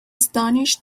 astonished